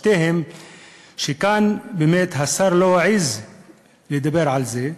השר באמת לא העז לדבר כאן על זה.